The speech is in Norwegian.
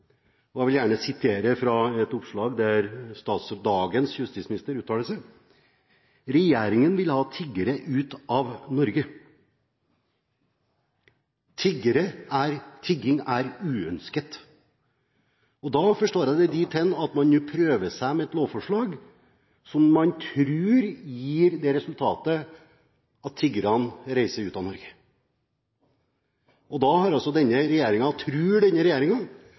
eksistere. Jeg vil gjerne sitere fra et oppslag der dagens justisminister uttaler seg: «Regjeringen vil ha tiggere ut av Norge.» Tigging er uønsket. Da forstår jeg det dithen at man nå prøver seg med et lovforslag som man tror gir det resultatet at tiggerne reiser ut av Norge. Da tror denne regjeringen at man indirekte kan forby fattigdom, selv om dette har